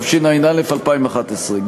התשע"א 2011,